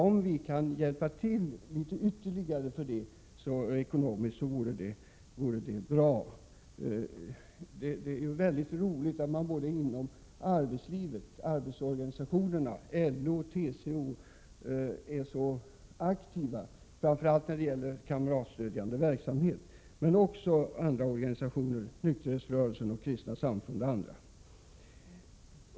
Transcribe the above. Om vi ytterligare kan stödja dessa strävanden ekonomiskt vore det bra. Det är mycket tillfredsställande att man inom arbetstagarorganisationerna LO och TCO är så aktiv, framför allt när det gäller kamratstödjande verksamhet. Men även andra organisationer, t.ex. nykterhetsrörelsen och kristna samfund, gör här insatser.